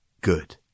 good